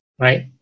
right